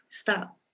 Stop